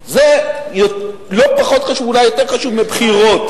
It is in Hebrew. זה לא פחות חשוב, אולי יותר חשוב מבחירות.